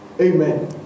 Amen